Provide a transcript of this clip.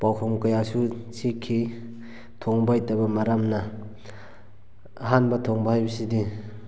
ꯄꯥꯎꯈꯨꯝ ꯀꯌꯥꯁꯨ ꯆꯤꯛꯈꯤ ꯊꯣꯡꯕ ꯍꯩꯇꯕ ꯃꯔꯝꯅ ꯑꯍꯥꯟꯕ ꯊꯣꯡꯕ ꯍꯩꯕꯁꯤꯗꯤ